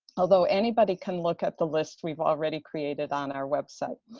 although anybody can look at the list we've already created on our website.